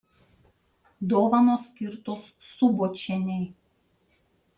dovanos skirtos subočienei